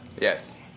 Yes